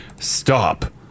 stop